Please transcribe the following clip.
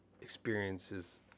experiences